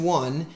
one